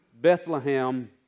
Bethlehem